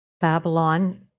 Babylon